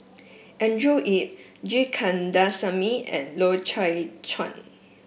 Andrew Yip G Kandasamy and Loy Chye Chuan